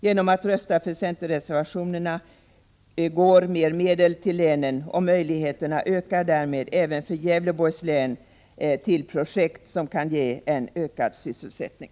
Genom ett bifall till centerreservationerna går mera medel till länet, och möjligheterna ökar därmed även för Gävleborgs län att starta projekt som kan ge ökad sysselsättning.